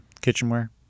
kitchenware